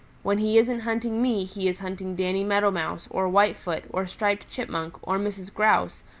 when he isn't hunting me he is hunting danny meadow mouse or whitefoot or striped chipmunk or mrs. grouse,